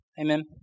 Amen